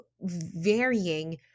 varying